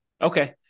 Okay